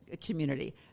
community